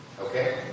Okay